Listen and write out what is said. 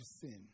sin